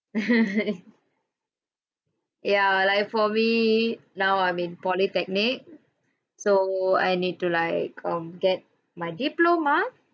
ya like for me now I'm in polytechnic so I need to like um get my diploma